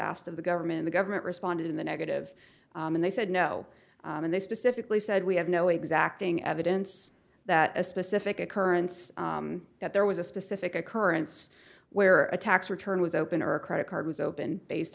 asked of the government the government responded in the negative and they said no and they specifically said we have no exacting evidence that a specific occurrence that there was a specific occurrence where a tax return was open or a credit card was opened based